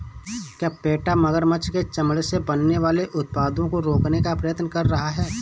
क्या पेटा मगरमच्छ के चमड़े से बनने वाले उत्पादों को रोकने का प्रयत्न कर रहा है?